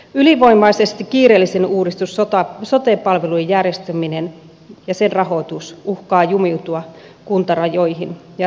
ylivoimaisesti kiireellisin uudistus sote palvelujen järjestäminen ja sen rahoitus uhkaa jumiutua kuntarajoihin ja rakenteisiin